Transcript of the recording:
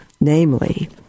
namely